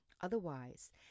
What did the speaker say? otherwise